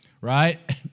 right